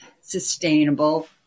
sustainable